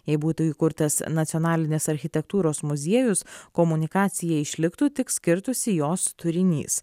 jei būtų įkurtas nacionalinės architektūros muziejus komunikacija išliktų tik skirtųsi jos turinys